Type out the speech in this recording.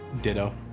Ditto